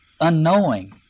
unknowing